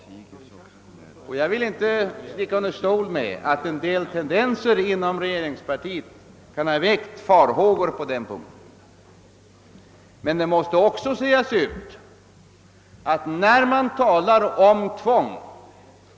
Jag vill inte sticka under stol med att en del tendenser inom regeringspartiet kan ha väckt farhågor på den punkten, men när man talar om tvång.